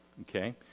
Okay